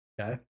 Okay